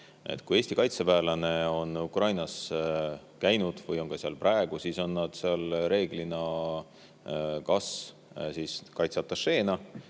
Kui Eesti kaitseväelane on Ukrainas käinud või on seal ka praegu, siis on nad seal reeglina kas siis kaitseatašeena